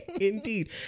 indeed